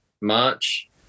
March